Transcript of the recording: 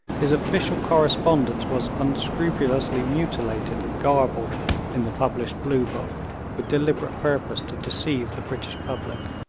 his official correspondence was unscrupulously mutilated and garbled in the published blue book with deliberate purpose to deceive the british public.